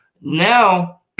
now